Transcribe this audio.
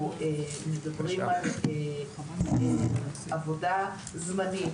אנחנו מדברים על עבודה זמנית,